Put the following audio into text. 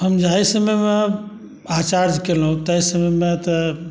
हम जाहि समयमे आचार्य केलहुँ ताहि समयमे तऽ